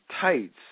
tights